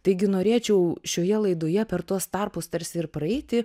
taigi norėčiau šioje laidoje per tuos tarpus tarsi ir praeiti